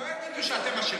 לא, הם לא יגידו שאתם אשמים.